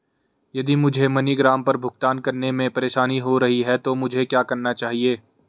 यदि मुझे मनीग्राम पर भुगतान करने में परेशानी हो रही है तो मुझे क्या करना चाहिए?